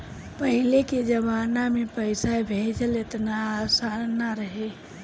पहिले के जमाना में पईसा भेजल एतना आसान ना रहे